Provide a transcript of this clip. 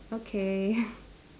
okay